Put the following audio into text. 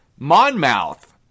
Monmouth